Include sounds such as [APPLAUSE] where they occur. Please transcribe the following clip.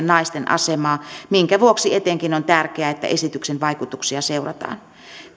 [UNINTELLIGIBLE] naisten asemaa minkä vuoksi etenkin on tärkeää että esityksen vaikutuksia seurataan